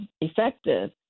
effective